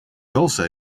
also